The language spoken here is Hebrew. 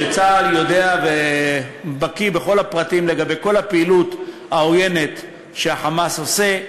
שצה"ל יודע ובקי בכל הפרטים לגבי כל הפעילות העוינת שה"חמאס" עושה.